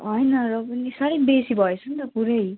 होइन र पनि साह्रै बेसी भएछ नि त पुरै